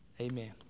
Amen